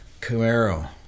Camaro